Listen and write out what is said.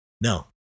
No